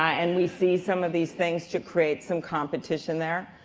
and we see some of these things to create some competition there.